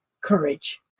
courage